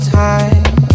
time